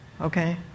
okay